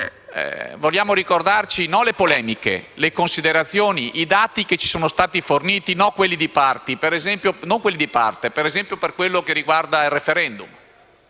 Vogliamo ricordarci non le polemiche, ma le considerazioni e i dati che ci sono stati forniti, non quelli di parte, ad esempio per quanto riguarda il *referendum*.